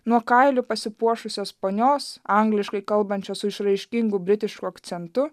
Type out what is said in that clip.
nuo kailiu pasipuošusios ponios angliškai kalbančios su išraiškingu britišku akcentu